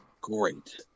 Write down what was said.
great